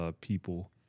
people